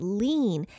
lean